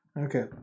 okay